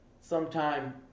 sometime